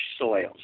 soils